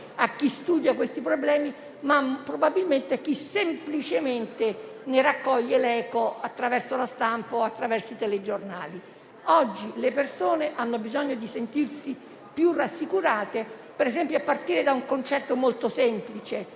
a chi studia questi fenomeni e problemi, ma probabilmente a chi semplicemente ne raccoglie l'eco attraverso la stampa e i telegiornali. Oggi le persone hanno bisogno di sentirsi più rassicurate a partire - per esempio - da un concetto molto semplice: